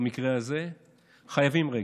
במקרה הזה חייבים רגש.